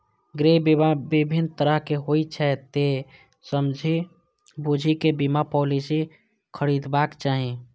गृह बीमा विभिन्न तरहक होइ छै, तें समझि बूझि कें बीमा पॉलिसी खरीदबाक चाही